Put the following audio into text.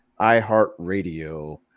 iHeartRadio